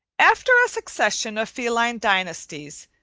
after a succession of feline dynasties,